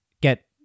get